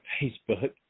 Facebook